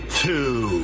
two